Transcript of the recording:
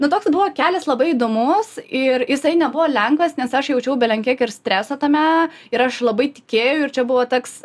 nu toksai buvo kelias labai įdomus ir jisai nebuvo lengvas nes aš jaučiau belenkiek ir streso tame ir aš labai tikėjau ir čia buvo taks